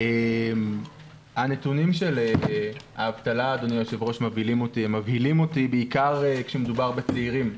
הנתונים של האבטלה מבהילים אותי בעיקר כשמדובר בצעירים.